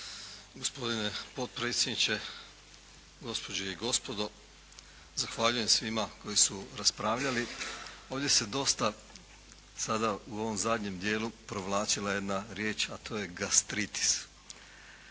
Gospodine potpredsjedniče, gospođe i gospodo zahvaljujem svima koji su raspravljali. Ovdje se dosta sada u ovom zadnjem dijelu provlačila jedna riječ a to je gastritis.